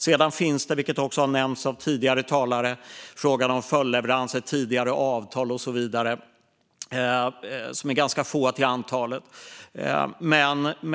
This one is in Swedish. Så som nämnts av tidigare talare finns dock följdleveranser, tidigare avtal och så vidare, men de är ganska få till antalet.